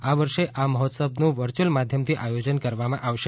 આ વર્ષે આ મહોત્સવનું વર્ચ્યુઅલ માધ્યમથી આયોજન કરવામાં આવશે